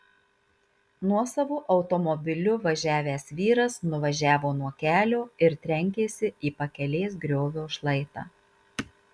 nuosavu automobiliu važiavęs vyras nuvažiavo nuo kelio ir trenkėsi į pakelės griovio šlaitą